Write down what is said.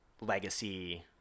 legacy